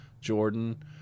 Jordan